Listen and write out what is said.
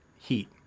heat